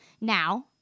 now